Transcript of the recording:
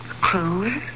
Cruise